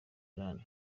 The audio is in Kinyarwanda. iran